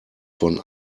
von